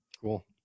Cool